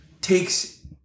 takes